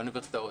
לאוניברסיטאות.